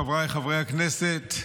חבריי חברי הכנסת,